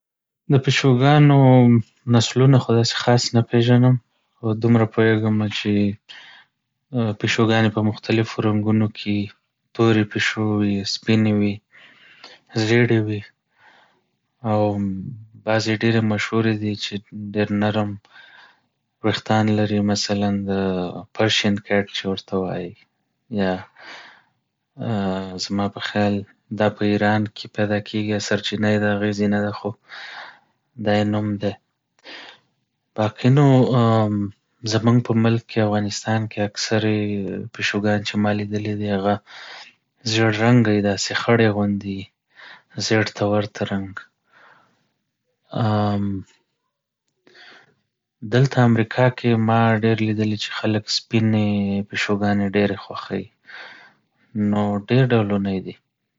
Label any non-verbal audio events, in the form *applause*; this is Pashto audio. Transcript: د پيشوګانو نسلونه خو داسې خاص نه پېژنم خو دومره پوهېږم چې پيشوګانې په مختلفو رنګونو کې وي، تورې پيشو وي، سپينې وي، زېړې وي. او بعضې يې ډېرې مشهورې دي چې ډېر نرم ويښتان لري، مثلا د پرشين کېټ چې ورته وايي. *hesitation* يا زما په خيال دا په ايران کې پېدا کيږي يا سرچينه يې د هغې ځای نه ده خو دا يې نوم دی. باقي نو *hesitation* زمونږ په ملک کې، افغانستان کې اکثرې پيشوګانې چې ما ليدلي دی هغه زیړ رنګه وي داسې خړې غوندې وي، زېړ ته ورته رنګ. دلته امريکا کې ما ډېر ليدلي چې خلک سپينې پيشوګانې ډېرې خوښوي، نو ډېر ډولونه يې دي. *hesitation*